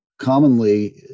commonly